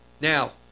Now